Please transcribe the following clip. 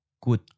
Good